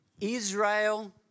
Israel